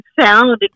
sound